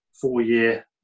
four-year